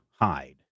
hide